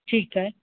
ठीकु आहे